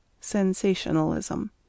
Sensationalism